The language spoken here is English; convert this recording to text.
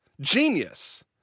Genius